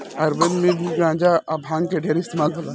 आयुर्वेद मे भी गांजा आ भांग के ढेरे इस्तमाल होला